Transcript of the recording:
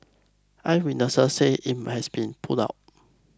eyewitnesses say it has been put out